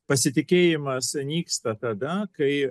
pasitikėjimas nyksta tada kai